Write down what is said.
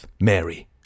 Mary